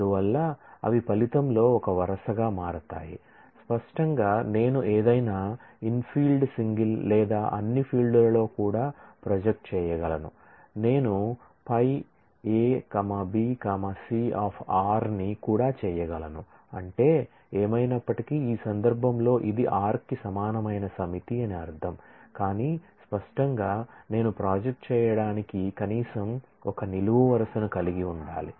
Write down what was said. అందువల్ల అవి ఫలితంలో ఒక వరుసగా మారతాయి స్పష్టంగా నేను ఏదైనా ఇన్ఫీల్డ్ సింగిల్ ని కూడా చేయగలను అంటే ఏమైనప్పటికీ ఈ సందర్భంలో ఇది r కి సమానమైన సమితి అని అర్ధం కానీ స్పష్టంగా నేను ప్రాజెక్ట్ చేయడానికి కనీసం 1 నిలువు వరుసను కలిగి ఉండాలి